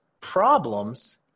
problems